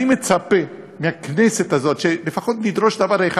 אני מצפה מהכנסת הזאת שלפחות תדרוש דבר אחד,